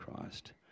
Christ